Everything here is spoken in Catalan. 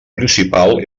principal